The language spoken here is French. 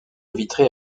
vitrée